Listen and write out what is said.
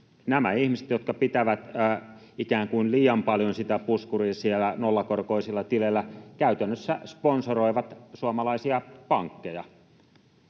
nämä ihmiset, jotka pitävät ikään kuin liian paljon puskuria siellä nollakorkoisilla tileillä, käytännössä sponsoroivat suomalaisia pankkeja.